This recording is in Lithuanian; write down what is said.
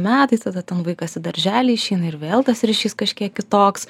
metais tada ten vaikas į darželį išeina ir vėl tas ryšys kažkiek kitoks